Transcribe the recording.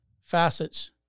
facets